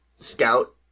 Scout